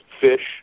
fish